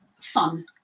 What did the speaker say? fun